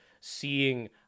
seeing